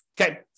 Okay